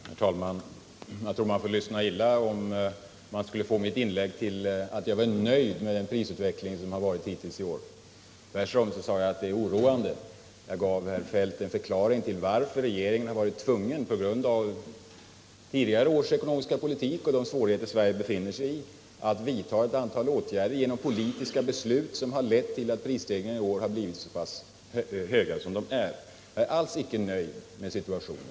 Herr talman! Jag tror att man får lyssna illa för att få mitt inlägg till att jag är nöjd med den prisutveckling som har ägt rum hittills i år. Jag sade tvärtom att den är oroande. Jag gav herr Feldt en förklaring till att regeringen varit tvungen — på grund av tidigare års ekonomiska politik och de svårigheter som Sverige befinner sig i — att vidta ett antal åtgärder genom politiska beslut, som har lett till att prisstegringarna i år blivit så kraftiga som de är. Jag är alls icke nöjd med situationen.